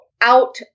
out